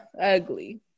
ugly